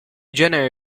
genere